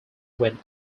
when